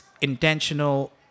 intentional